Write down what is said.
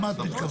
למה אתה מתכוון?